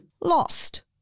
Lost